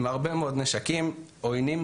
עם הרבה מאוד נשקים, עוינים.